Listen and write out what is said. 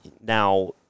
Now